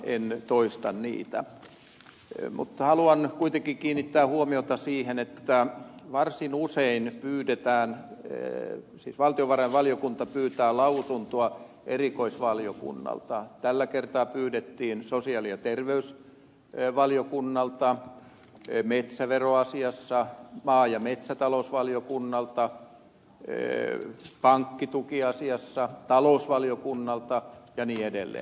en toista niitä mutta haluan kuitenkin kiinnittää huomiota siihen että varsin usein pyydetään siis valtiovarainvaliokunta pyytää lausuntoa erikoisvaliokunnalta tällä kertaa pyydettiin sosiaali ja terveysvaliokunnalta metsäveroasiassa maa ja metsätalousvaliokunnalta pankkitukiasiassa talousvaliokunnalta ja niin edelleen